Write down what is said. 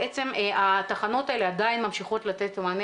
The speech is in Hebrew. בעצם התחנות האלה עדיין ממשיכות לתת מענה